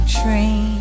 train